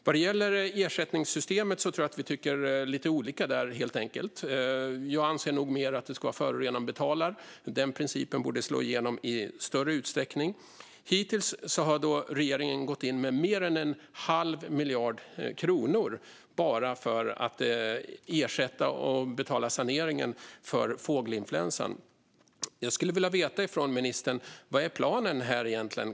Vad gäller ersättningssystemet tror jag att vi tycker lite olika, helt enkelt. Jag anser nog mer att det ska vara förorenaren som betalar och att den principen borde slå igenom i större utsträckning. Hittills har regeringen gått in med mer än en halv miljard kronor bara för att ersätta och betala saneringen för fågelinfluensan. Jag skulle vilja veta från ministern vad som egentligen är planen.